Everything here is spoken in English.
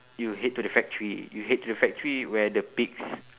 you head to the factory you head to the factory where the pigs